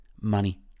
money